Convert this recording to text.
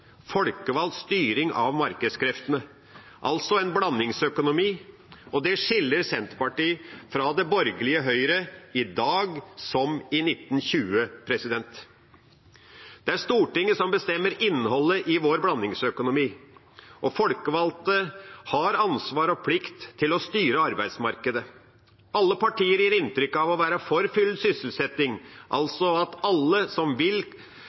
folkevalgt styring av markedskreftene – altså en blandingsøkonomi. Det skiller Senterpartiet fra det borgerlige Høyre i dag som i 1920. Det er Stortinget som bestemmer innholdet i vår blandingsøkonomi, og folkevalgte har ansvar for og plikt til å styre arbeidsmarkedet. Alle partier gir inntrykk av å være for full sysselsetting, at alle som vil,